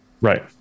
right